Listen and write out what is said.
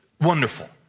wonderful